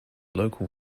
local